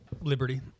Liberty